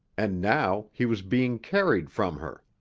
and now he was being carried from her!